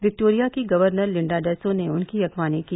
Victoria की governor Linda Dessau ने उनकी अगवानी की